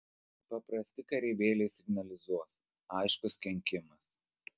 paprasti kareivėliai signalizuos aiškus kenkimas